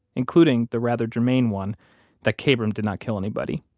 including the rather germane one that kabrahm did not kill anybody.